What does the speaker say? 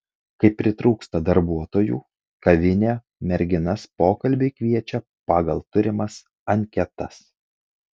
kai pritrūksta darbuotojų kavinė merginas pokalbiui kviečia pagal turimas anketas